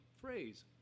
phrase